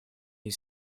you